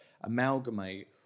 amalgamate